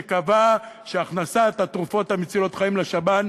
שקבע שהכנסת התרופות מצילות החיים לשב"ן